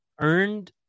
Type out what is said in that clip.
Earned